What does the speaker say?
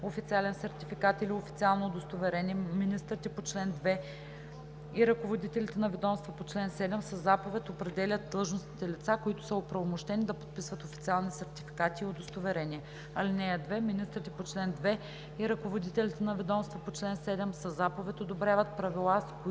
официален сертификат или официално удостоверение, министрите по чл. 2 и ръководителите на ведомства по чл. 7 със заповед определят длъжностни лица, които са оправомощени да подписват официални сертификати и удостоверения. (2) Министрите по чл. 2 и ръководителите на ведомства по чл. 7 със заповед одобряват правила, с които